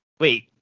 Wait